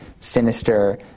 sinister